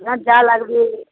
আর যা লাগবে